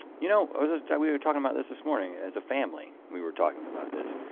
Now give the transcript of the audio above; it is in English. you know we were talking about this this morning, as a family we were talking about this.